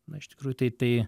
na iš tikrųjų tai tai